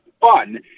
fun